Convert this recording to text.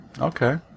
Okay